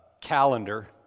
calendar